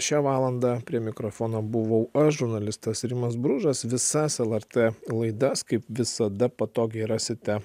šią valandą prie mikrofono buvau aš žurnalistas rimas bružas visas lrt laidas kaip visada patogiai rasite